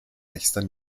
nächster